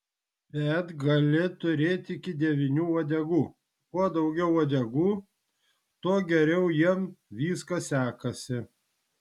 bet gali turėti iki devynių uodegų kuo daugiau uodegų tuo geriau jiems viskas sekasi